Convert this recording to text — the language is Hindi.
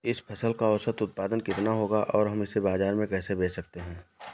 इस फसल का औसत उत्पादन कितना होगा और हम इसे बाजार में कैसे बेच सकते हैं?